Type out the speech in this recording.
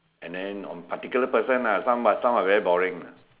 and then on particular person lah some but some are very boring